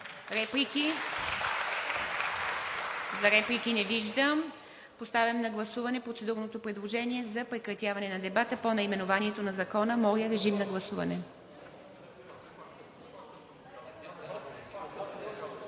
Реплики? Не виждам. Поставям на гласуване процедурното предложение за прекратяване на дебата по наименованието на Закона. Гласували